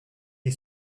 est